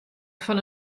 fan